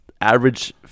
average